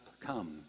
come